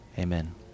Amen